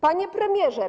Panie Premierze!